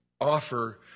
offer